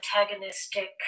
antagonistic